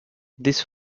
this